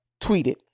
tweeted